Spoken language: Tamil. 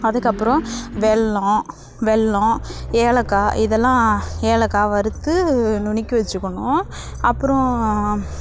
அதுக்கப்புறம் வெல்லம் வெல்லம் ஏலக்காய் இதெல்லாம் ஏலக்காய் வறுத்து நுணுக்கி வச்சுக்கணும் அப்றம்